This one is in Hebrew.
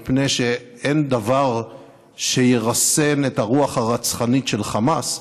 מפני שאין דבר שירסן את הרוח הרצחנית של חמאס,